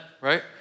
right